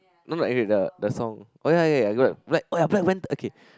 no no not the ending the song oh ya ya I got oh ya Black-Panther okay